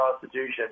Constitution